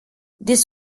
this